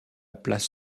place